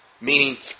Meaning